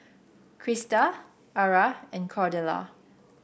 Crysta Ara and Cordella